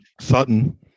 Sutton